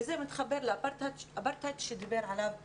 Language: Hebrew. וזה מתחבר לאפרטהייד שדיבר עליו סמי.